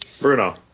Bruno